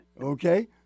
okay